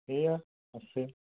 এইয়া আছে